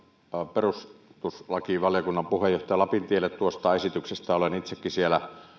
perustuslakivaliokunnan puheenjohtaja lapintielle esityksestä olen itsekin siellä